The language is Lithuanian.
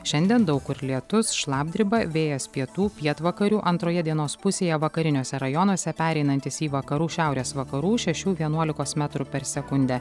šiandien daug kur lietus šlapdriba vėjas pietų pietvakarių antroje dienos pusėje vakariniuose rajonuose pereinantis į vakarų šiaurės vakarų šešių vienuolikos metrų per sekundę